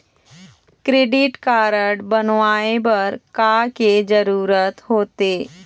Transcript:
Credit card बनवाए बर का के जरूरत होते?